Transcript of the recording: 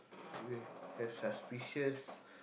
have suspicious